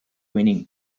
winning